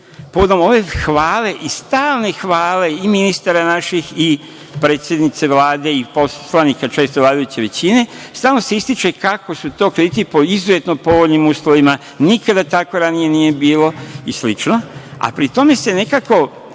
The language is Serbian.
povodom ove hvale i stalne hvale i naših ministara, predsednice Vlade i poslanika, često, vladajuće većine, stalno se ističe kako su to krediti po izuzetno povoljnim uslovim, nikada tako ranije nije bilo i slično, a pri tome se nekako